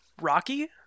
Rocky